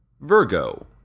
Virgo